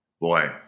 boy